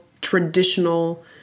traditional